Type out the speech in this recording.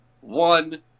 One